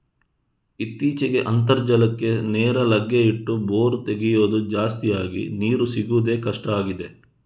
ಇತ್ತೀಚೆಗೆ ಅಂತರ್ಜಲಕ್ಕೆ ನೇರ ಲಗ್ಗೆ ಇಟ್ಟು ಬೋರು ತೆಗೆಯುದು ಜಾಸ್ತಿ ಆಗಿ ನೀರು ಸಿಗುದೇ ಕಷ್ಟ ಆಗಿದೆ